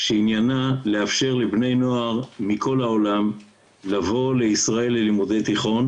שעניינה לאפשר לבני נוער מכל העולם לבוא לישראל ללימודי תיכון,